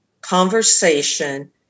conversation